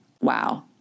Wow